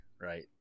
right